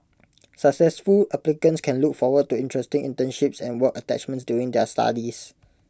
successful applicants can look forward to interesting internships and work attachments during their studies